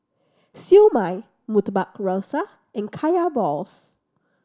Siew Mai Murtabak Rusa and Kaya balls